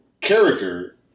character